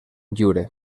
lliure